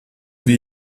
wie